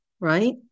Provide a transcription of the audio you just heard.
right